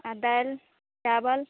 आ दालि चावल